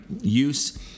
use